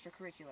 Extracurricular